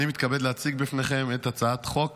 אני מתכבד להציג בפניכם את הצעת חוק